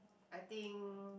I think